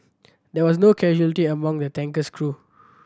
there were no casualties among the tanker's crew